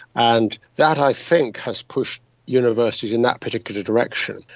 and that i think has pushed universities in that particular direction.